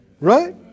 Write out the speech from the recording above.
right